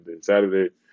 Saturday